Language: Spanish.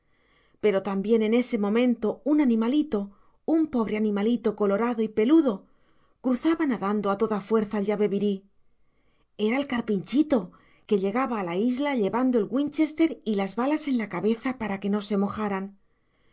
pero también en ese momento un animalito un pobre animalito colorado y peludo cruzaba nadando a toda fuerza el yabebirí era el carpinchito que llegaba a la isla llevando el winchester y las balas en la cabeza para que no se mojaran